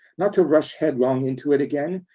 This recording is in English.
not to rush headlong into it again.